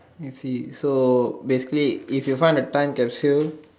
if he you basically if you find a time capsule